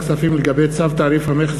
החלטת ועדת הכספים לגבי צו תעריף המכס